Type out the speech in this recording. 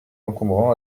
encombrants